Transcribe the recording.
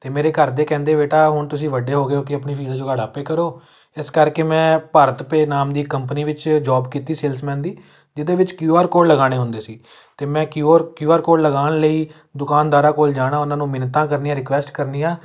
ਅਤੇ ਮੇਰੇ ਘਰਦੇ ਕਹਿੰਦੇ ਬੇਟਾ ਹੁਣ ਤੁਸੀਂ ਵੱਡੇ ਹੋ ਗਏ ਹੋ ਕਿ ਆਪਣੀ ਫੀਸ ਜੁਗਾੜ ਆਪੇ ਕਰੋ ਇਸ ਕਰਕੇ ਮੈਂ ਭਾਰਤਪੇ ਨਾਮ ਦੀ ਕੰਪਨੀ ਵਿੱਚ ਜੋਬ ਕੀਤੀ ਸੇਲਸਮੈਨ ਦੀ ਜਿਹਦੇ ਵਿੱਚ ਕਿਊ ਆਰ ਕੋਡ ਲਗਾਉਣੇ ਹੁੰਦੇ ਸੀ ਤਾਂ ਮੈਂ Q R Q R code ਲਗਾਉਣ ਲਈ ਦੁਕਾਨਦਾਰਾਂ ਕੋਲ ਜਾਣਾ ਉਹਨਾਂ ਨੂੰ ਮਿੰਨਤਾਂ ਕਰਨੀਆਂ ਰਿਕੁਐਸਟ ਕਰਨੀਆਂ